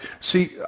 See